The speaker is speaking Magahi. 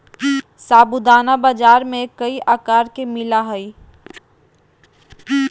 साबूदाना बाजार में कई आकार में मिला हइ